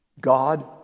God